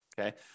okay